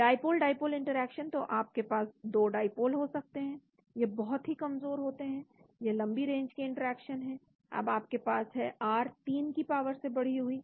dipole dipole interaction तो आपके पास दो डाईपोल हो सकते हैं यह बहुत ही कमजोर होते हैं यह लंबी रेंज के इंटरेक्शन है अब आपके पास है r 3 की पावर से बढ़ी हुई